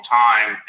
time